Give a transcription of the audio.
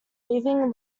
leaving